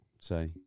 say